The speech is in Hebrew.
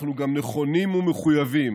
אנחנו גם נכונים ומחויבים